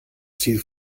ziel